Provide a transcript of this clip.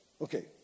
Okay